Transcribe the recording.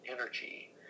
energy